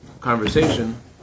conversation